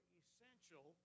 essential